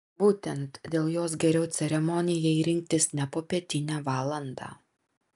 būtent dėl jos geriau ceremonijai rinktis ne popietinę valandą